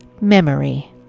memory